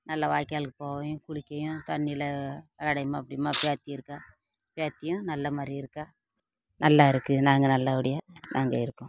நல்லா வாய்க்காலுக்கு போவையும் குளிக்கையும் தண்ணியில் விளையாடையுமா அப்படியுமா பேத்தி இருக்கா பேத்தியும் நல்லமாதிரி இருக்கா நல்லா இருக்குது நாங்கள் நல்லபடியாக நாங்கள் இருக்கோம்